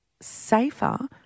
safer